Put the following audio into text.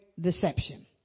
deception